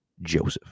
Joseph